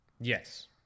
Yes